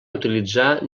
utilitzar